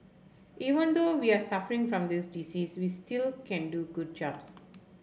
even though we are suffering from this disease we still can do good jobs